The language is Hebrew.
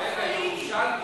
ירושלמי.